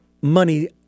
money